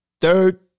third